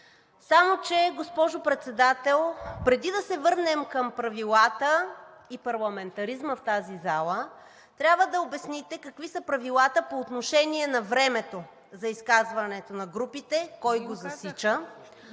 Само че, госпожо Председател, преди да се върнем към правилата и парламентаризма, в тази зала трябва да обясните какви са правилата по отношение на времето за изказването на групите, кой го засича…